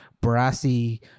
brassy